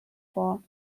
vor